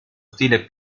stile